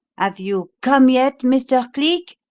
have you come yet, mr. cleek?